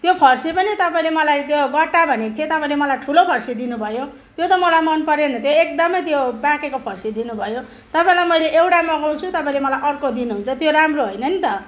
त्यो फर्सी नि तपाईँले मलाई त्यो गट्टा भनेको थियो तपाईँले मलाई ठुलो फर्सी दिनुभयो त्यो त म मलाई मन परेन त्यो एकदमै त्यो पाकेको फर्सी दिनुभयो तपाईँलाई मैले एउटा मगाउँछु तपाईँले मलाई अर्को दिनुहुन्छ त्यो राम्रो होइन नि त